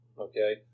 Okay